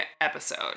episode